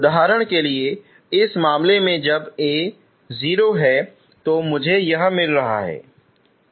उदाहरण के लिए इस मामले में जब A 0 है तो मुझे यही मिल रहा है ठीक है